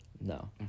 No